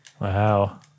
Wow